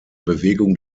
bewegung